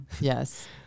Yes